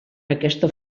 aquesta